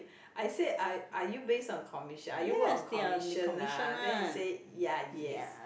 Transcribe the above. I say are are you based on commission are you work on commission ah then he say ya yes